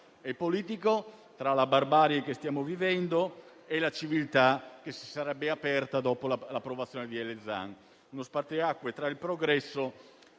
e politico tra la barbarie che stiamo vivendo e la civiltà che si sarebbe aperta dopo la sua approvazione, uno spartiacque tra il progresso